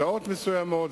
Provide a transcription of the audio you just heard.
שעות מסוימות,